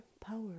power